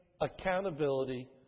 accountability